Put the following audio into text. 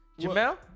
Jamel